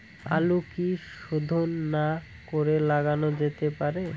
আলু কি শোধন না করে লাগানো যেতে পারে?